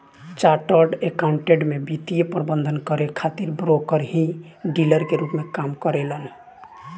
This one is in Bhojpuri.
चार्टर्ड अकाउंटेंट में वित्तीय प्रबंधन करे खातिर ब्रोकर ही डीलर के रूप में काम करेलन